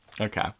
Okay